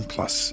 Plus